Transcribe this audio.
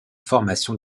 formation